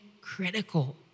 critical